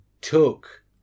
took